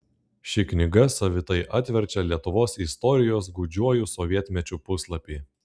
ši knyga savitai atverčia lietuvos istorijos gūdžiuoju sovietmečiu puslapį